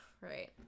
Right